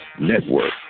Network